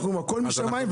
הכול משמיים,